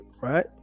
right